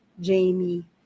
Jamie